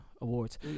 awards